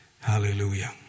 hallelujah